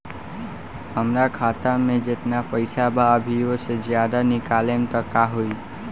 हमरा खाता मे जेतना पईसा बा अभीओसे ज्यादा निकालेम त का होई?